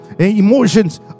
emotions